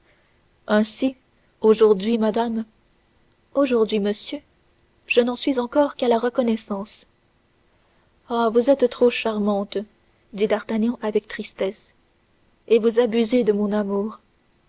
ainsi aujourd'hui madame aujourd'hui monsieur je n'en suis encore qu'à la reconnaissance ah vous êtes trop charmante dit d'artagnan avec tristesse et vous abusez de mon amour